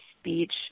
speech